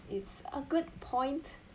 it's a good point